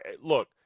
look